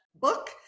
book